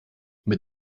mit